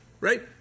right